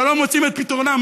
שלא מוצאים את פתרונם.